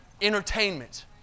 entertainment